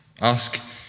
ask